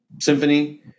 symphony